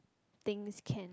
things can